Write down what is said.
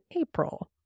April